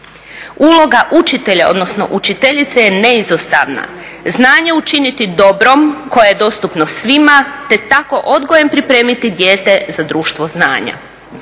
Uloga učitelja odnosno učiteljice je neizostavna, znanje učiniti dobrim koje je dostupno svima te tako odgojem pripremiti dijete za društvo znanja.